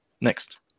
Next